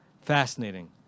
Fascinating